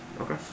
Okay